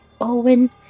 Owen